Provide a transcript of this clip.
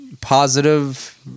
positive